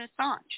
Assange